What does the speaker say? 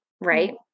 right